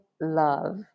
love